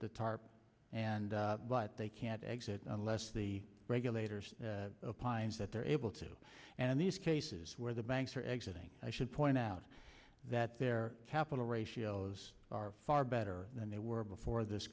the tarp and but they can't exit unless the regulators opines that they're able to and these cases where the banks are exiting i should point out that their capital ratios are far better than they were before this